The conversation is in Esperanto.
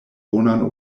bonan